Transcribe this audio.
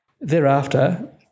Thereafter